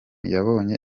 yabonye